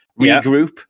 regroup